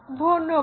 ধন্যবাদ